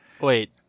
Wait